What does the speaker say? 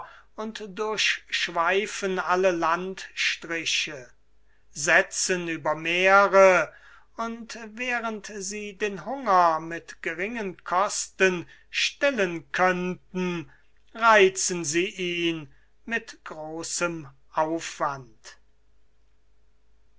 und durchschweifen alle landstriche setzen über meere und während sie den hunger mit geringen kosten stillen könnten reizen sie ihn mit großem aufwand